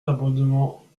l’amendement